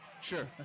Sure